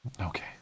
okay